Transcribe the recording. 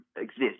exist